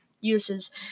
uses